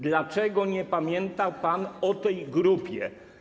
Dlaczego nie pamiętał pan o tej grupie?